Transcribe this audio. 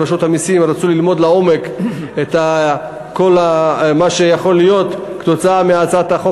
ברשות המסים רצו ללמוד לעומק את כל מה שיכול להיות כתוצאה מהצעת החוק,